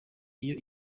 iyo